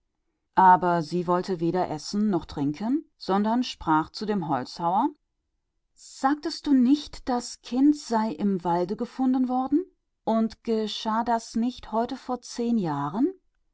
aber sie wollte weder essen noch trinken sondern sagte zu dem holzfäller sagtest du nicht du hättest das kind im walde gefunden und war es nicht vor zehn jahren